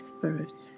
Spirit